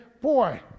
boy